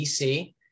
DC